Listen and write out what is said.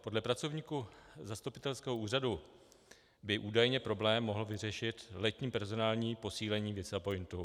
Podle pracovníků zastupitelského úřadu by údajně problém mohl vyřešit letní personální posílení Visapointu.